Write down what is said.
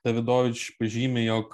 davidovič pažymi jog